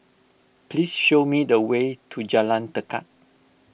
please show me the way to Jalan Tekad